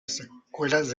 escuelas